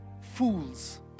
fools